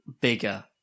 bigger